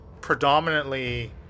predominantly